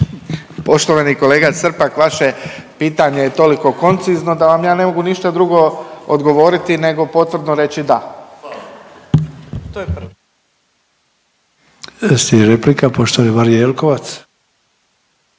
Poštovani kolega Srpak, vaše pitanje je toliko koncizno da vam ja ne mogu ništa drugo odgovoriti nego potvrdno reći da. **Sanader, Ante (HDZ)** Slijedi replika poštovane Marije Jelkovac.